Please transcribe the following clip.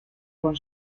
con